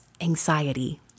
anxiety